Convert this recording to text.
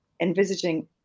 envisaging